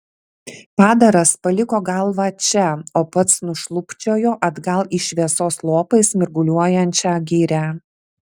padaras paliko galvą čia o pats nušlubčiojo atgal į šviesos lopais mirguliuojančią girią